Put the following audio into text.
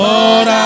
Lord